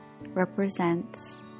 represents